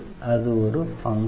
அது ஒரு ஃபங்ஷன்